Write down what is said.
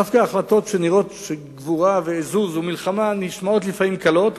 דווקא ההחלטות שנראות גבורה ועזוז ומלחמה נשמעות לפעמים קלות.